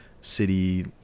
city